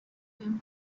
them